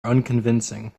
unconvincing